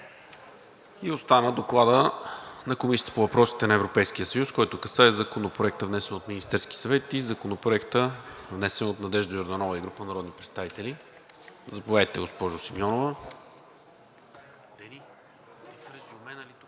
Остана Докладът на Комисията по въпросите на Европейския съюз, който касае Законопроекта, внесен от Министерския съвет, и Законопроекта, внесен от Надежда Йорданова и група народни представители. Заповядайте, госпожо Симеонова.